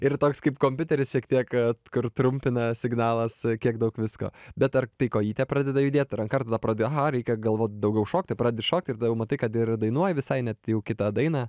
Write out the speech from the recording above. ir toks kaip kompiuteris šiek tiek kur trumpina signalas kiek daug visko bet ar tai kojytė pradeda judėt ar ranka ir tada pradedi aha reikia galvot daugiau šokti pradedi šokt ir matai kad ir dainuoji visai net jau kitą dainą